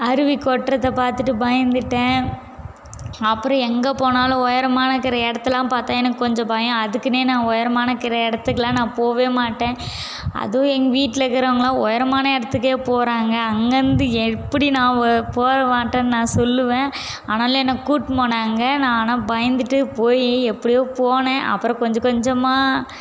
அருவி கொட்டுறத பார்த்துட்டு பயந்துட்டேன் அப்புறம் எங்கே போனாலும் உயரமான இருக்கிற இடத்தலாம் பார்த்தா எனக்கு கொஞ்சம் பயம் அதுக்குன்னே நான் உயரமான இருக்கிற இடத்துக்குலாம் நான் போகவே மாட்டேன் அதுவும் எங்கள் வீட்டில் இருக்கிறவுங்கலாம் உயரமான இடத்துக்கே போகிறாங்க அங்கேருந்து எப்படி நான் போகவே மாட்டன்னு நான் சொல்லுவேன் ஆனாலும் என்ன கூப்பிட்டுன்னு போனாங்க நான் ஆனால் பயந்துட்டு போய் எப்படியோ போனேன் அப்புறம் கொஞ்சம் கொஞ்சமாக